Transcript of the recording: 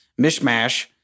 mishmash